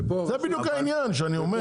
זה בדיוק העניין שאני אומר.